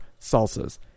salsas